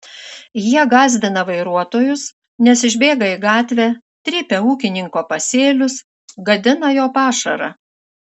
jie gąsdina vairuotojus nes išbėga į gatvę trypia ūkininko pasėlius gadina jo pašarą